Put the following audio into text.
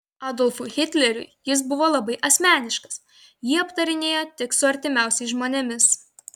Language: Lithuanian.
adolfui hitleriui jis buvo labai asmeniškas jį aptarinėjo tik su artimiausiais žmonėmis